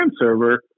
server